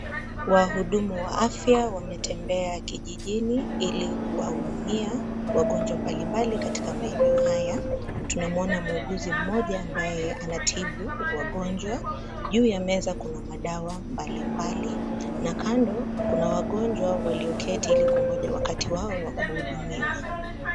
Wahudumu wa afya wametembea kijijini ili kuwahudumia wagonjwa mbalimbali katika maeneo haya. Tunamwona muuguzi mmoja ambaye anatibu wagonjwa. Juu ya meza kuna madawa mbalimbali. Na kando, kuna wagonjwa walioketi ili kungoja wakati wao wa kuhudumiwa.